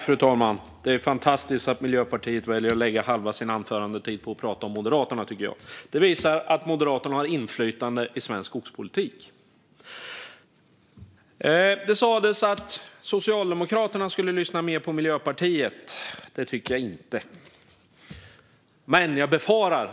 Fru talman! Det är fantastiskt att Miljöpartiet väljer att lägga halva sin anförandetid på att prata om Moderaterna. Det visar att Moderaterna har inflytande i svensk skogspolitik. Det sas att Socialdemokraterna skulle lyssna mer på Miljöpartiet. Det tycker jag inte. Men jag befarar